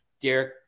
Derek